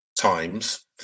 Times